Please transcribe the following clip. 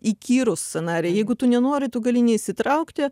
įkyrūs scenarijai jeigu tu nenori tu gali neįsitraukti